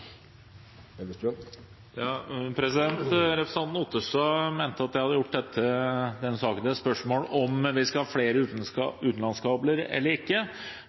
Representanten Otterstad mente at jeg hadde gjort denne saken til et spørsmål om vi skal ha flere utenlandskabler eller ikke.